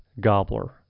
gobbler